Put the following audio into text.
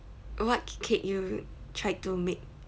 what cake you tried to make